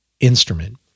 instrument